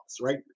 right